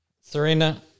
serena